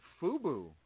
FUBU